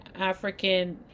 African